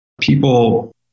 People